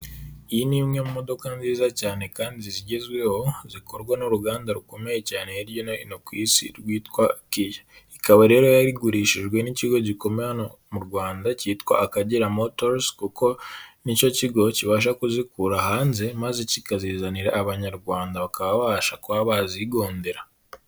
Iyi ni imwe modoka nziza cyane kandi zigezweho, zikorwa n'uruganda rukomeye cyane hirya no hino ku isi rwitwa Kiya, ikaba rero yayigurishijwe n'ikigo gikomeye hano mu Rwanda cyitwa Akagera Motors, kuko ni cyo kigo kibasha kuzikura hanze maze kikazizanira Abanyarwanda bakabasha kuba bazigondera.